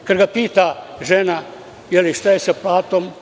Kada ga pita žena – šta je sa platom?